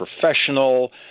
professional